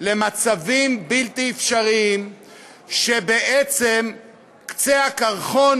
למצבים בלתי אפשריים שבעצם קצה הקרחון